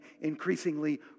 increasingly